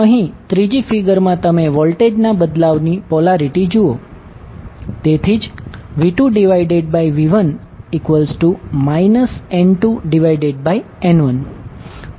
અહીં ત્રીજી ફિગર માં તમે વોલ્ટેજના બદલવાની પોલારિટી જુઓ તેથી જ V2V1 N2N1